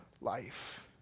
life